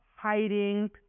hiding